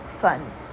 fun